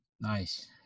Nice